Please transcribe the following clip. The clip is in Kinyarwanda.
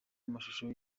amashusho